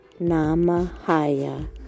Namahaya